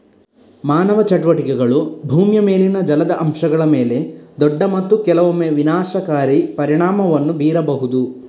ಮಾನವ ಚಟುವಟಿಕೆಗಳು ಭೂಮಿಯ ಮೇಲಿನ ಜಲದ ಅಂಶಗಳ ಮೇಲೆ ದೊಡ್ಡ ಮತ್ತು ಕೆಲವೊಮ್ಮೆ ವಿನಾಶಕಾರಿ ಪರಿಣಾಮವನ್ನು ಬೀರಬಹುದು